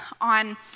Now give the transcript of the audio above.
on